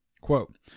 Quote